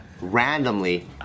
randomly